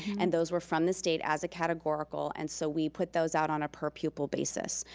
and those were from the state as a categorical. and so we put those out on a per-pupil basis.